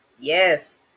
Yes